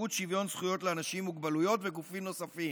נציבות שוויון זכויות לאנשים עם מוגבלויות וגופים נוספים.